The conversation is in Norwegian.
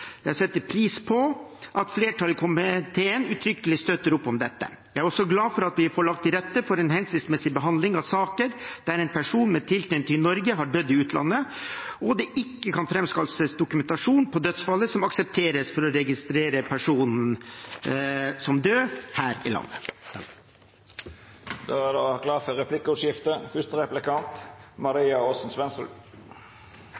Jeg setter pris på at flertallet i komiteen uttrykkelig støtter dette. Jeg er også glad for at vi får lagt til rette for en hensiktsmessig behandling av saker der en person med tilknytning til Norge har dødd i utlandet, og der det ikke kan framskaffes dokumentasjon som aksepteres for å registrere personen som død her i landet.